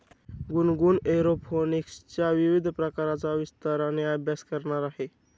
गुनगुन एरोपोनिक्सच्या विविध प्रकारांचा विस्ताराने अभ्यास करणार आहे